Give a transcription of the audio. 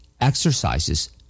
Exercises